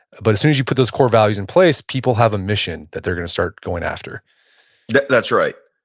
but as soon as you put those core values in place, people have a mission that they're going to start going after that's right.